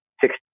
six